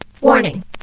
Warning